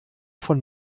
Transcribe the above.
von